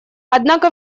однако